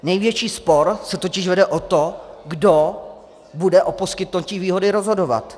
Největší spor se totiž vede o to, kdo bude o poskytnutí výhody rozhodovat.